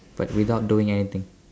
but without doing anything